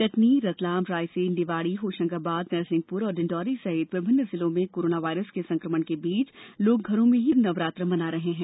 कटनी रतलाम रायसेन निवाड़ी होशंगाबाद नरसिंहपुर और डिण्डोरी सहित विभिन्न जिलों में कोरोना वायरस के संकमण के बीच लोग घरों में ही पूजा कर नवरात्र मना रहे हैं